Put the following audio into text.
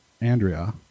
Andrea